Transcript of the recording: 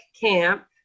camp